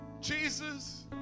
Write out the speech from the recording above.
Jesus